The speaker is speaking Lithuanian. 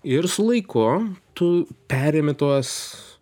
ir su laiku tu perimi tuos